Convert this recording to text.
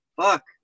Fuck